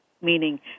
meaning